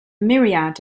myriad